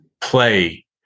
play